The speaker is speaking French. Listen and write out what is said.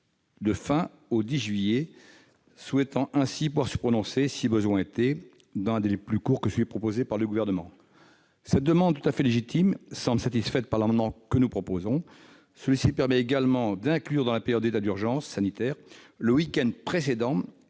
date au 10 juillet, souhaitant ainsi pouvoir se prononcer, si besoin était, dans un délai plus court que celui proposé par le Gouvernement. Cette demande tout à fait légitime semble satisfaite par les dispositions de notre amendement, qui tend à inclure dans la période d'état d'urgence sanitaire le week-end précédent